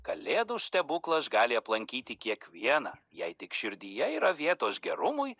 kalėdų stebuklas gali aplankyti kiekvieną jei tik širdyje yra vietos gerumui